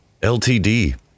ltd